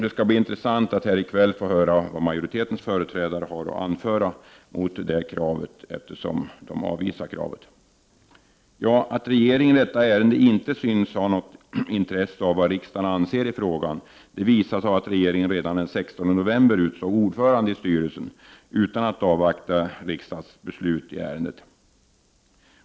Det skall bli intressant att här i kväll få höra vad majoritetens företrädare har att anföra mot detta vårt krav, eftersom det avvisas. Att regeringen i detta ärende inte synes ha något intresse av vad riksdagen anser i frågan visas av att regeringen redan den 16 november utsåg ordförande i styrelsen utan att avvakta riksdagens beslut i ärendet.